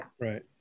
right